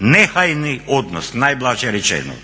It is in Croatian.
nehajni odnos najblaže rečeno.